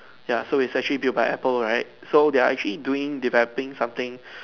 ya so it's actually build by Apple right so they are actually doing developing something